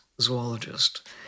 zoologist